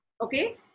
Okay